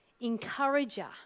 encourager